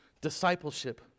discipleship